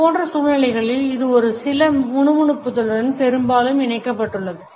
இது போன்ற சூழ்நிலைகளில் இது ஒரு சில முணுமுணுத்தலுடன்பெரும்பாலும் இணைக்கப்பட்டுள்ளது